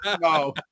no